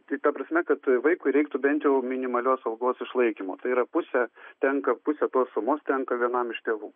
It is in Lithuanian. tai ta prasme kad vaikui reiktų bent jau minimalios algos išlaikymo tai yra pusę tenka pusė sumos tenka vienam iš tėvų